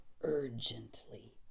urgently